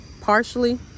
partially